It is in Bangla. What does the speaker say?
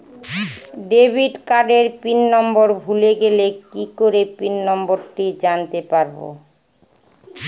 ডেবিট কার্ডের পিন নম্বর ভুলে গেলে কি করে পিন নম্বরটি জানতে পারবো?